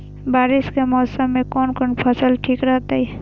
बारिश के मौसम में कोन कोन फसल ठीक रहते?